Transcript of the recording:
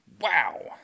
Wow